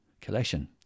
Collection